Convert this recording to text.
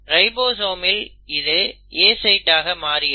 ரைபோசோமில் இது A சைட்டாக மாறி இருக்கும்